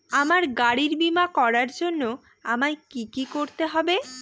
আমার গাড়ির বীমা করার জন্য আমায় কি কী করতে হবে?